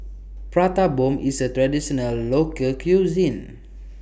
Prata Bomb IS A Traditional Local Cuisine